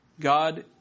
God